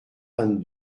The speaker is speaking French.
vingt